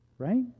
Right